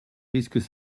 risques